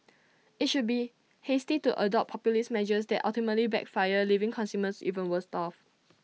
IT should be hasty to adopt populist measures that ultimately backfire leaving consumers even worse off